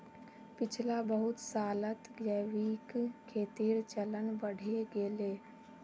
पिछला बहुत सालत जैविक खेतीर चलन बढ़े गेले